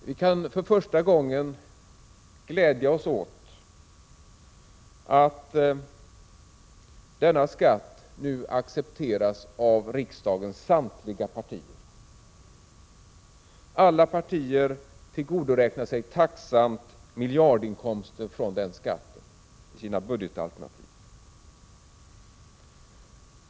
Vi kan för första gången glädja oss åt att denna skatt nu accepteras av riksdagens samtliga partier. Alla partier tillgodoräknar sig tacksamt miljardinkomsterna från den skatten i sina budgetalternativ.